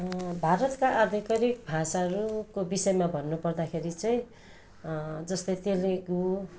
भारतका आधिकारिक भाषाहरूको विषयमा भन्नुपर्दाखेरि चाहिँ जस्तै तेलेगु